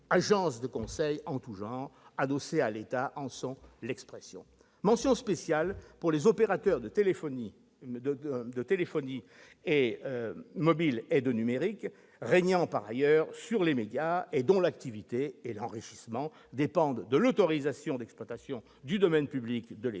agences de conseil en tout genre adossées à l'État en sont l'expression. Mention spéciale pour les opérateurs de téléphonie mobile et de numérique, régnant par ailleurs sur les médias, dont l'activité et l'enrichissement dépendent de l'autorisation d'exploitation du domaine public par l'État